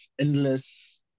endless